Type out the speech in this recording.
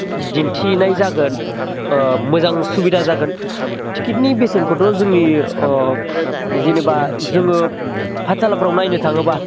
दिन्थिनाय जागोन ओ मोजां सुबिदा जागोन टिकेटनि बेसेनखौथ' जोंनि ओ जेनोबा जोङो पाठसालाफ्राव नायनो थाङोब्ला